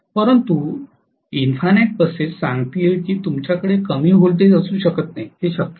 परंतु infinite buses सांगतील की तुमच्याकडे कमी व्होल्टेज असू शकत नाहीत ते शक्य नाही